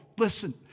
Listen